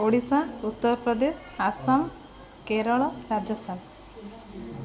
Odisha Uttar Pradesh Assam Kerala Rajasthan